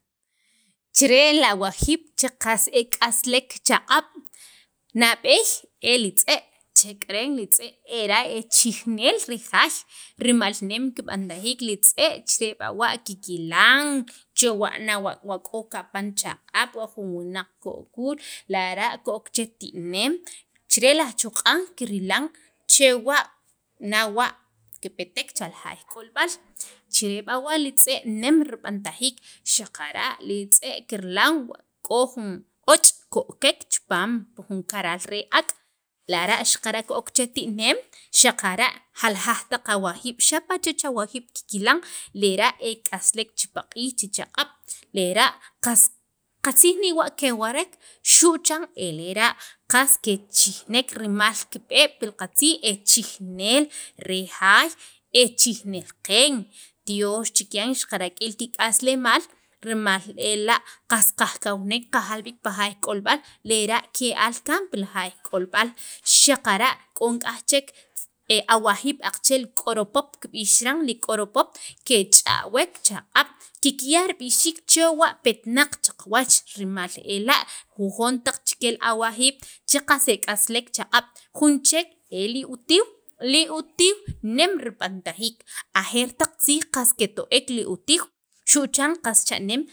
chire' li awajiib' che qas ek'aslek chaq'ab' nab'eey e li tz'e' chek'eren li tz'e' ara' chijneel re jaay rimal nem rib'antajiik i tz'e' kikilan chewa' nawa' kapan chaq'ab' k'o wunq ko'kuul lara' ko'k che ti'neem chire' laj choq'an kirilan chewa' nawa' kipetek cha li jaay k'olb'al che chire' b'awa' li tz'e' nem b'antajek xaqara' li tz'e' kirilan wa k'o jun och' ko'kek chipaam jun karal re ak' lara' xaqara' ko'k che ti'neem xaqara' jaljaq awajiib' xapa' chech awajiib' kirilan lera' e k'aslek che paq'iij che chaq'ab' qas qatzij newa' kewarek xu'chan era' qas kechijnek rimal kib'e' pi li qatziij e chijneel re jaay e chijneel qeen tyoox chikyan rik'in kik'aslemal rimal ela' qas kajkawnek kajkawnek kajal b'iik pa jaay k'olb'al lera' ke'al kaan pi jaay k'olb'al awajiib' aqache' k'oropop kikya' rib'ixiik li k'oropop kech'awaek chaq'ab' kikya' rib'ixiik chewa' petnaq cha qawach rimal ela' jujon taq che awajiib' che qas ek'aslek chaq'ab' jun chek el utiiw, li utiiw nem rib'antajiik ajer taq tziij qas keto'ek li utiiw xu' chan e cha'neem.